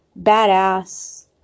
badass